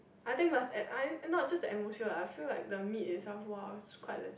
I think must at not just the atmosphere lah I feel like the meat is somewhat quite legit